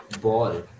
ball